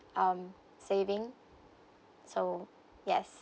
um saving so yes